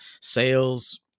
sales